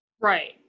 Right